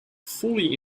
fully